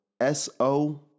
S-O